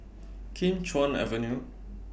Kim Chuan Avenue